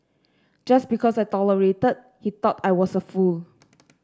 just because I tolerated he thought I was a fool